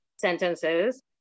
sentences